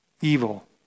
evil